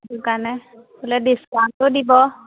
দোকানে বোলে ডিছকাউণ্টো দিব